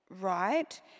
Right